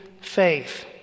faith